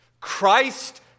Christ